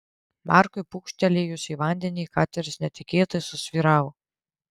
markui pūkštelėjus į vandenį kateris netikėtai susvyravo